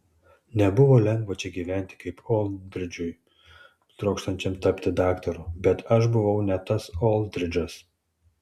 nebuvo lengva čia gyventi kaip oldridžui trokštančiam tapti daktaru bet aš buvau ne tas oldridžas